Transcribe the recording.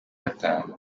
gatanu